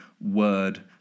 word